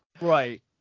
Right